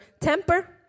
temper